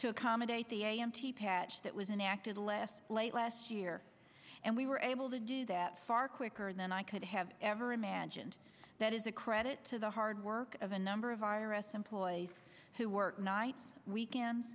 to accommodate the a m t patch that was enacted less late last year and we were able to do that far quicker than i could have ever imagined that is a credit to the hard work of a number of iris employees who work nights weekends